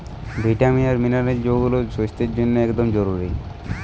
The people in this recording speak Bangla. ভিটামিন আর মিনারেল যৌগুলা স্বাস্থ্যের জন্যে একদম জরুরি